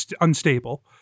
unstable